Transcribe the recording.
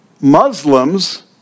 Muslims